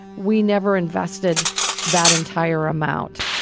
we never invested that entire amount.